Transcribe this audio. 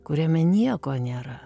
kuriame nieko nėra